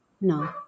No